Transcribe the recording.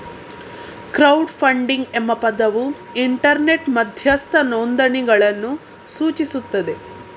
crowd funding ಎಂಬ ಪದವು internet ಮಧ್ಯಸ್ಥ ನೋಂದಣಿಗಳನ್ನು ಸೂಚಿಸುತ್ತದೆ